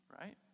right